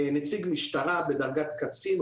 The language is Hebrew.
נציג משטרה בדרגת קצין,